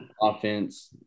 offense